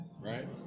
right